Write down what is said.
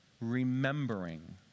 remembering